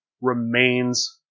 remains